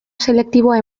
selektiboa